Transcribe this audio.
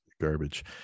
garbage